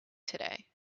today